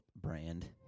brand